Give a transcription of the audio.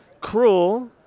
Cruel